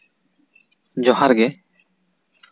ᱡᱚᱦᱟᱨ ᱜᱮ